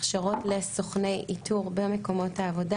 הכשרות ל"סוכני איתור" במקומות העבודה